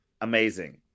amazing